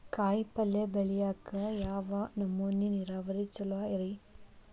ಕಾಯಿಪಲ್ಯ ಬೆಳಿಯಾಕ ಯಾವ ನಮೂನಿ ನೇರಾವರಿ ಛಲೋ ರಿ?